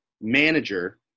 manager